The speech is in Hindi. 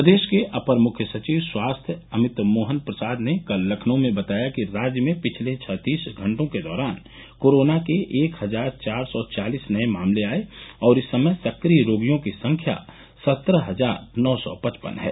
प्रदेश के अपर मुख्य सचिव स्वास्थ्य अमित मोहन प्रसाद ने कल लखनऊ में बताया कि राज्य में पिछले छत्तीस घंटों के दौरान कोरोना के एक हजार चार सौ चालिस नये मामले आये और इस समय सक्रिय रोगियों की संख्या सत्रह हजार नौ सौ पचपन है